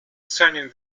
signing